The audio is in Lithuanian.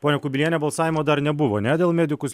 ponia kubiliene balsavimo dar nebuvo ne dėl medikus